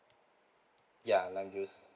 ya lime juice